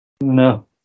No